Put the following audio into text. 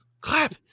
Clap